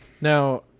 now